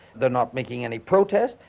they're not making any protest.